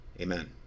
Amen